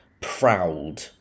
proud